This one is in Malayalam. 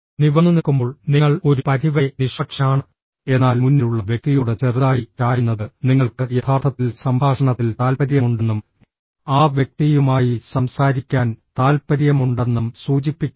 നിവർന്നുനിൽക്കുമ്പോൾ നിങ്ങൾ ഒരു പരിധിവരെ നിഷ്പക്ഷനാണ് എന്നാൽ മുന്നിലുള്ള വ്യക്തിയോട് ചെറുതായി ചായുന്നത് നിങ്ങൾക്ക് യഥാർത്ഥത്തിൽ സംഭാഷണത്തിൽ താൽപ്പര്യമുണ്ടെന്നും ആ വ്യക്തിയുമായി സംസാരിക്കാൻ താൽപ്പര്യമുണ്ടെന്നും സൂചിപ്പിക്കുന്നു